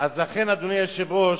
אדוני היושב-ראש,